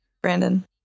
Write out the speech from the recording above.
Brandon